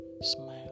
smile